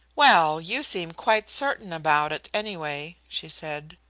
well, you seem quite certain about it, any way, she said.